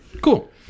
cool